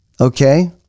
Okay